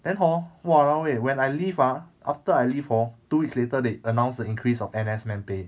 then hor !walao! eh when I leave ah after I leave hor two weeks later they announced the increase of N_S men pay